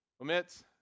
omits